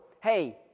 hey